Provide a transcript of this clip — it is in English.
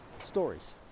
stories